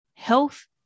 Health